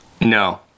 no